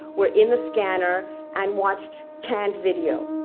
were in the scanner and watched canned video,